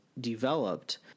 developed